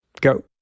Go